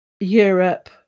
Europe